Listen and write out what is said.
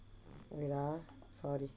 wait ah sorry